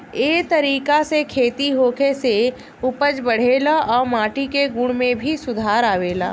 ए तरीका से खेती होखे से उपज बढ़ेला आ माटी के गुण में भी सुधार आवेला